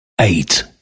eight